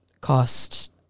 cost